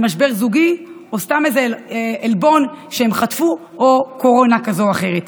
על משבר זוגי או סתם איזה עלבון שהם חטפו או קורונה כזאת או אחרת.